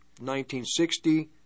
1960